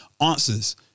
answers